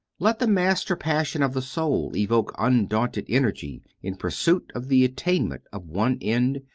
let the master passion of the soul evoke undaunted energy in pursuit of the attainment of one end,